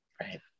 Right